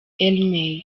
elmay